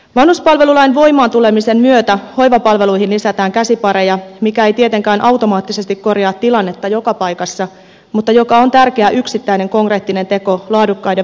vanhuspalvelulain voimaan tulemisen myötä hoivapalveluihin lisätään käsipareja mikä ei tietenkään automaattisesti korjaa tilannetta joka paikassa mutta joka on tärkeä yksittäinen konkreettinen teko laadukkaiden vanhuspalvelujen puolesta